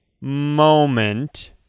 moment